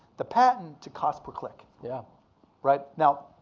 the patent to cost-per-click. yeah but now,